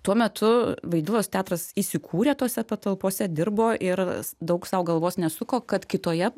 tuo metu vaidilos teatras įsikūrė tose patalpose dirbo ir daug sau galvos nesuko kad kitoje